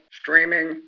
streaming